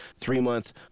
three-month